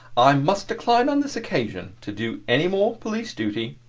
i must decline on this occasion to do any more police duty.